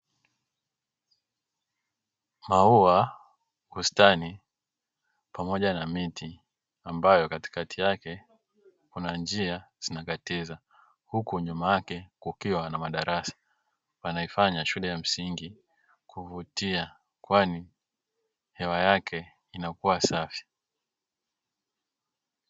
Maua, bustani pamoja na miti ambayo katikati yake kuna njia zinakatiza huku nyuma yake kukiwa na madarasa, yanaifanya shule ya msingi kuvutia kwani hewa yake inakuwa safi.